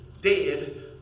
dead